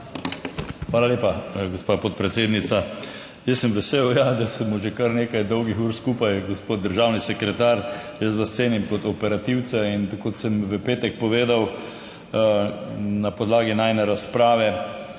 Hvala lepa, gospa podpredsednica. Jaz sem vesel, ja, da smo že kar nekaj dolgih ur skupaj, gospod državni sekretar. Jaz vas cenim kot operativca in kot sem v petek povedal, na podlagi najine razprave,